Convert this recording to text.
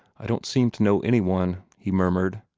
i don't seem to know any one, he murmured.